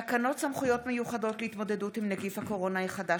תקנות סמכויות מיוחדות להתמודדות עם נגיף הקורונה החדש